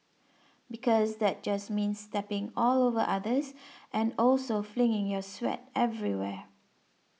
because that just means stepping all over others and also flinging your sweat everywhere